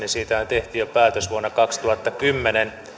tehtiin päätös jo vuonna kaksituhattakymmenen